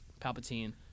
Palpatine